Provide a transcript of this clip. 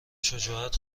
شجاعت